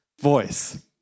voice